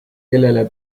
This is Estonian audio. kellele